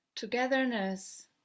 Togetherness